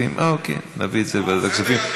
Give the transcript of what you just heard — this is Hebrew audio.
אוקיי, נביא את זה לוועדת הכספים.